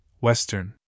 Western